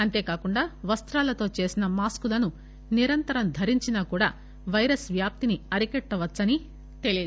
అంతేగాక వస్తాలతో చేసిన మాస్క్ లను నిరంతరం ధరించినా కూడా వైరస్ వ్యాప్తిని అరికట్టోచ్చని తెలిపారు